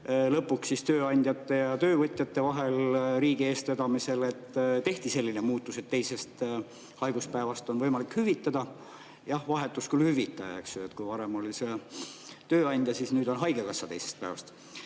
lõpuks tööandjate ja töövõtjate vahel riigi eestvedamisel ning tehti selline muudatus, et teisest haiguspäevast on võimalik hüvitada. Jah, vahetus küll hüvitaja, eks, kui varem oli see tööandja, siis nüüd on haigekassa alates teisest päevast.